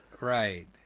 Right